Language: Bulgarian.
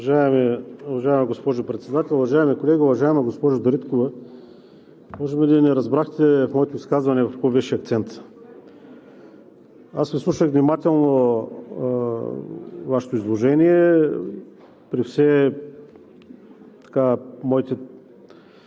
Уважаема госпожо Председател, уважаеми колеги! Уважаема госпожо Дариткова, може би Вие не разбрахте в моето изказване на какво беше акцентът. Аз слушах внимателно Вашето изложение, при все моите